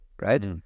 right